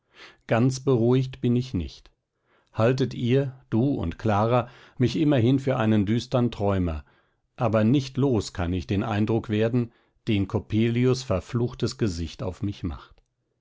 ganz beruhigt bin ich nicht haltet ihr du und clara mich immerhin für einen düstern träumer aber nicht los kann ich den eindruck werden den coppelius verfluchtes gesicht auf mich macht